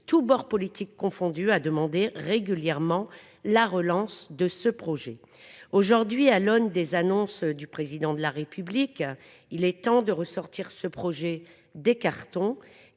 tous bords politiques confondus, à demander régulièrement la relance de ce projet. Aujourd'hui, à l'aune des annonces du Président de la République, il est temps de ressortir ce projet des cartons.